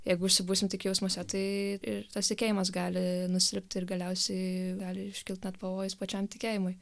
jeigu visi būsim tik jausmuose tai ir tas tikėjimas gali nusilpti ir galiausiai gali ir iškilt net pavojus pačiam tikėjimui